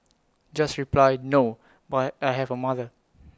just reply no but I have A mother